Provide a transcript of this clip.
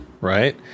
right